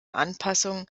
anpassungen